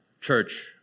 Church